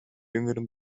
jüngeren